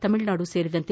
ತಮಿಳುನಾಡು ಸೇರಿದಂತೆ